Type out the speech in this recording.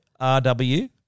RW